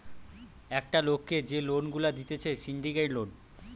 একটা লোককে যে লোন গুলা দিতেছে সিন্ডিকেট লোন